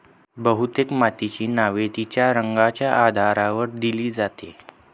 बहुतेक मातीची नावे तिच्या रंगाच्या आधारावर दिली जातात